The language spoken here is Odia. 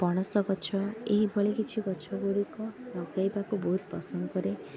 ପଣସଗଛ ଏଇଭଳି କିଛି ଗଛଗୁଡ଼ିକ ଲଗାଇବାକୁ ବହୁତ ପସନ୍ଦ କରେ